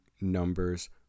numbers